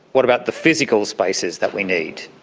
what about the physical spaces that we need?